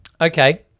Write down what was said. Okay